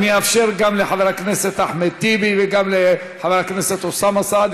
חבר הכנסת אחמד טיבי וגם לחבר הכנסת אוסאמה סעדי,